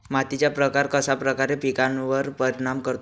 मातीचा प्रकार कश्याप्रकारे पिकांवर परिणाम करतो?